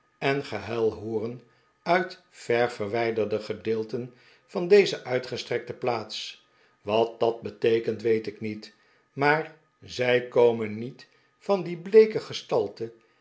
en gehuil hooren uit ver verwijderde gedeelten van deze uitgestrekte plaats wat dat beteekent weet ik met maar zij komen niet van die bleeke geslalte